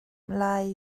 lai